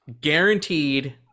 Guaranteed